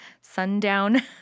sundown